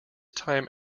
time